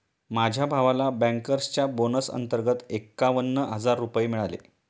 माझ्या भावाला बँकर्सच्या बोनस अंतर्गत एकावन्न हजार रुपये मिळाले